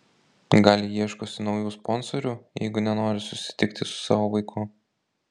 gal ji ieškosi naujų sponsorių jeigu nenori susitikti su savo vaiku